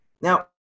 Now